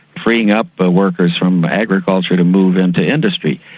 freeing up ah workers from agriculture to move into industry.